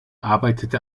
arbeitete